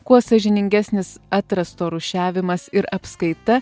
kuo sąžiningesnis atrasto rūšiavimas ir apskaita